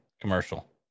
commercial